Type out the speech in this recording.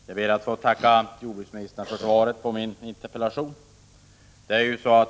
Herr talman! Jag ber att få tacka jordbruksministern för svaret på min interpellation.